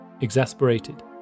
Exasperated